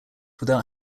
without